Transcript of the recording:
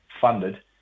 funded